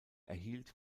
erhielt